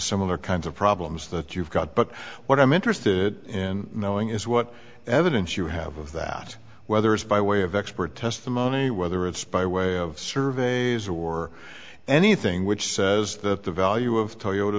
similar kinds of problems that you've got but what i'm interested in knowing is what evidence you have of that whether it's by way of expert testimony whether it's by way of surveys or anything which says that the value of toyota